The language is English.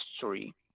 history